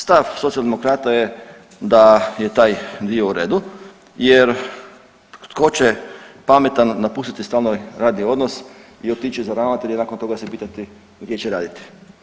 Stav Socijaldemokrata je da je taj dio u redu jer tko će pametan napustiti stalni radni odnos i otići za ravnatelja i nakon toga se pitati gdje će raditi.